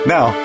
Now